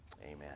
Amen